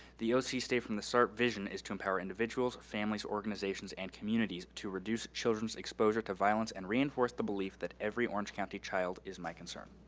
the ah oc safe from the start vision is to empower individuals, families, organizations and communities to reduce children's exposure to violence, and reinforce the belief that every orange county child is my concern.